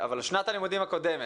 אבל שנת הלימודים הקודמת,